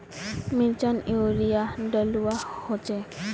मिर्चान यूरिया डलुआ होचे?